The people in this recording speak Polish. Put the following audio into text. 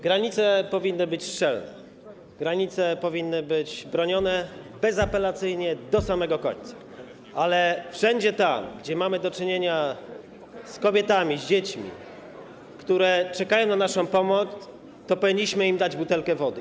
Granice powinny być szczelne, granice powinny być bronione bezapelacyjnie do samego końca, ale wszędzie tam, gdzie mamy do czynienia z kobietami, z dziećmi, które czekają na naszą pomoc, powinniśmy im dać butelkę wody.